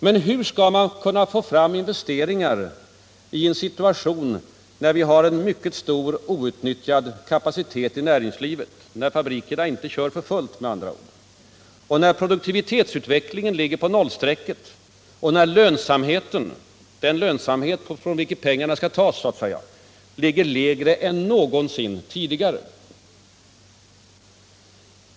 Men hur skall man kunna få fram investeringar i en situation när vi har en mycket stor outnyttjad kapacitet i näringslivet, när fabrikerna inte kör för fullt med andra ord, när produktivitetsutvecklingen ligger på nollstrecket och när lönsamheten —- den lönsamhet från vilken investeringspengarna skall tas — är lägre än någonsin tidigare?